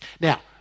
Now